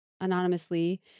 anonymously